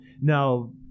Now